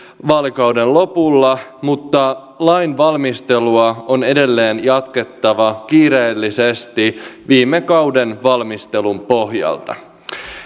vaalikauden lopulla mutta lainvalmistelua on edelleen jatkettava kiireellisesti viime kauden valmistelun pohjalta